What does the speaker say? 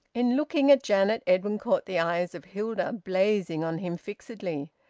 in looking at janet, edwin caught the eyes of hilda blazing on him fixedly.